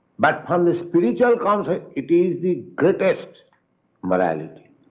but from the spiritual concept, it is the greatest morality.